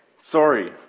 Sorry